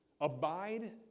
abide